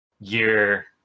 year